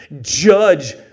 Judge